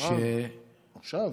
עכשיו?